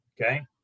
Okay